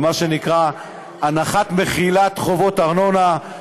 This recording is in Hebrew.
במה שנקרא הנחת מחילת חובות ארנונה,